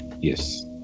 Yes